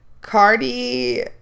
Cardi